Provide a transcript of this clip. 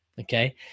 Okay